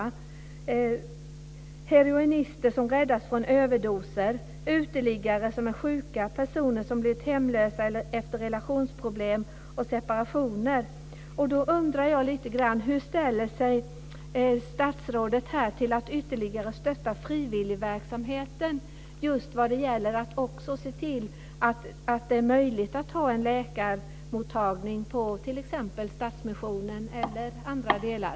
Det är heroinister som räddas från överdoser, uteliggare som är sjuka och personer som blivit hemlösa efter relationsproblem och separationer. Jag undrar då hur statsrådet ställer sig till att ytterligare stötta frivilligverksamheten just vad gäller att också se till att det är möjligt att ha en läkarmottagning på t.ex. Stadsmissionen eller i andra delar.